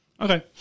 Okay